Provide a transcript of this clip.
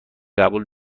قبول